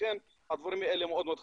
לכן הדברים האלה מאוד מאוד חסרים.